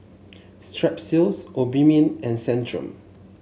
Strepsils Obimin and Centrum